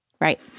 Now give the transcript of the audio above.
Right